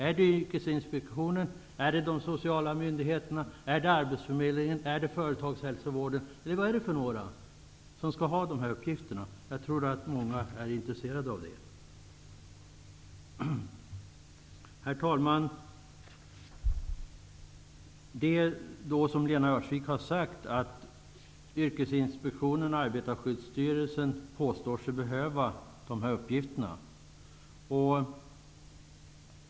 Är det yrkesinspektionen, är det de sociala myndigheterna, är det arbetsförmedlingen, är det företagshälsovården eller vem är det som skall ha dessa uppgifter? Jag tror att många är intresserade av att få veta det. Herr talman! Lena Öhrsvik har sagt att yrkesinspektionen och Arbetarskyddsstyrelsen påstår sig behöva dessa uppgifter.